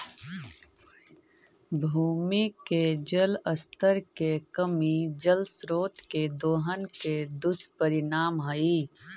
भूमि के जल स्तर के कमी जल स्रोत के दोहन के दुष्परिणाम हई